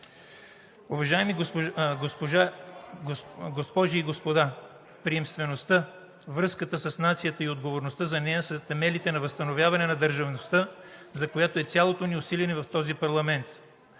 Уважаеми госпожи и господа! Приемствеността, връзката с нацията и отговорността за нея са темелите на възстановяване на държавността, за която е цялото ни усилие в този парламент.